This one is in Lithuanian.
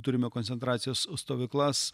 turime koncentracijos stovyklas